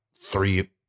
three